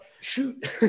shoot